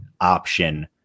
option